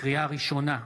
לקריאה ראשונה,